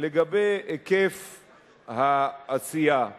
לגבי היקף העשייה.